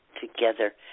together